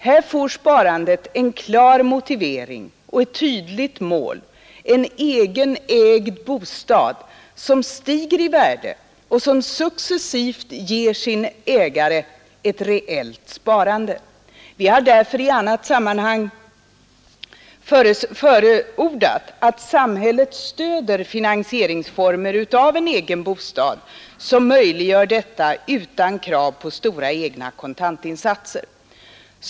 Här får sparandet en klar motivering och ett tydligt mål: en egen ägd bostad, som stiger i värde och som successivt ger sin ägare ett reellt sparande. Vi har därför i annat sammanhang förordat att samhället stöder finansieringsformer som möjliggör anskaffandet av egen bostad, utan krav på stora egna kontantinsatser.